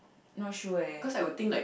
not sure eh